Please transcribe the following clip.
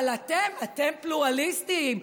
אבל אתם, אתם פלורליסטים.